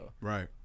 Right